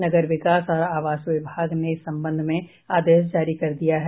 नगर विकास और आवास विभाग ने इस संबंध में आदेश जारी कर दिया है